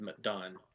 done